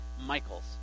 Michael's